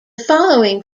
following